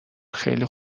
خیلی